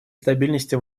стабильности